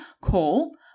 call